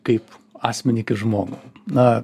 kaip asmenį kaip žmogų na